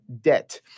debt